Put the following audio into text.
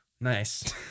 Nice